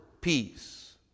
peace